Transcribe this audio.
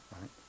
Right